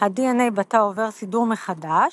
ה-DNA בתא עובר "סידור מחדש"